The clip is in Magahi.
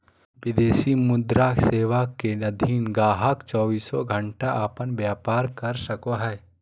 विदेशी मुद्रा सेवा के अधीन गाहक़ चौबीसों घण्टा अपन व्यापार कर सको हय